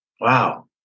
wow